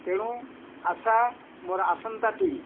ତେଣୁ ଆଶା ମୋର ଆସନ୍ତା ପିଢ଼ି